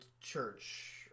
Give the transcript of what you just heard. church